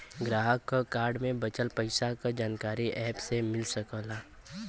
ग्राहक क कार्ड में बचल पइसा क जानकारी एप से मिल सकला